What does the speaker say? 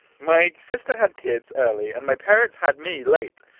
my sister had kids early and my parents had me late.